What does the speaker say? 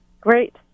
Great